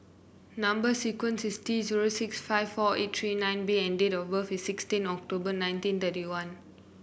number sequence is T zero six five four eight three nine B and date of birth is sixteen October nineteen thirty one